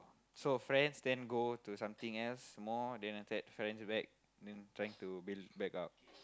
so friends then go to something else more then after that friends back then trying to build back up